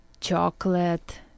Chocolate